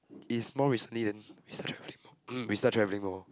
is more recently then we start travelling more we start travelling more